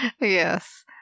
Yes